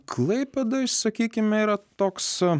klaipėdoje sakykime yra toks